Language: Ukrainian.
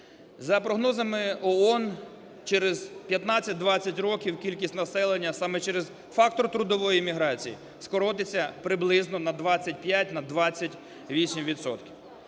За прогнозами ООН через 15-20 років кількість населення, а саме через фактор трудової міграції, скоротиться приблизно на 25,